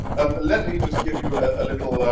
let me just give you a little